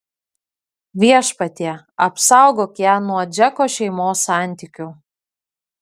viešpatie apsaugok ją nuo džeko šeimos santykių